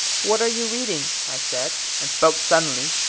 what are you reading? i said, and spoke suddenly,